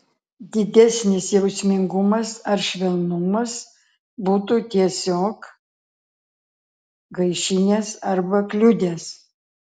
didesnis jausmingumas ar švelnumas būtų tiesiog gaišinęs arba kliudęs